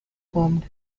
formed